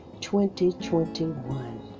2021